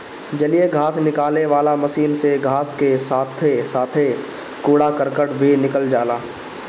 जलीय घास निकाले वाला मशीन से घास के साथे साथे कूड़ा करकट भी निकल जाला